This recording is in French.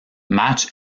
match